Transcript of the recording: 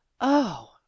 Oh